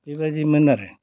बेबायदिमोन आरो